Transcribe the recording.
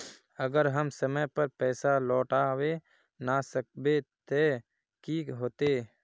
अगर हम समय पर पैसा लौटावे ना सकबे ते की होते?